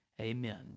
Amen